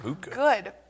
good